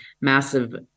massive